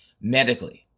medically